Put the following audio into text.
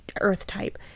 Earth-type